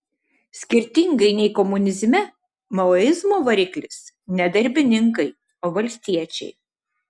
skirtingai nei komunizme maoizmo variklis ne darbininkai o valstiečiai